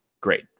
great